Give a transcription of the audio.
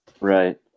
right